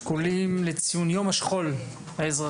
בתלמידים שכולים לציון יום השכול האזרחי.